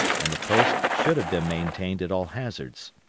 and the post should have been maintained at all hazards.